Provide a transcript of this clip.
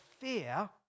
fear